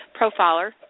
profiler